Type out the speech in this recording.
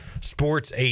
sports